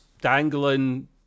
dangling